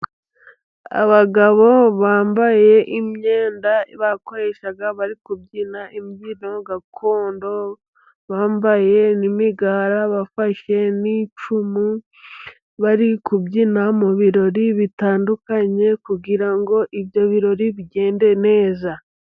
Abagabo bambaye imyenda bakoreshaga bari kubyina imbyino gakondo bambaye n'imigara, bafashe n'icumu bari kubyina mu birori bitandukanye kugira ngo ibyo birori bigende neza.